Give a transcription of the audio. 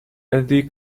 eddy